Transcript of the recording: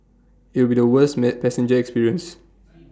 IT would be the worst met passenger experience